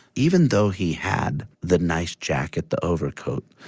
even though he had the nice jacket, the overcoat,